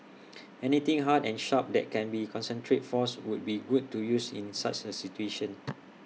anything hard and sharp that can concentrate force would be good to use in such A situation